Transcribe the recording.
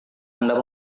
anda